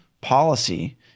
policy